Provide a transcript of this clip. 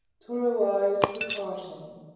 twere a wise precaution,